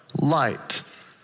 light